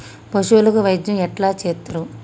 పశువులకు వైద్యం ఎట్లా చేత్తరు?